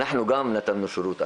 אנחנו גם נתנו שירות,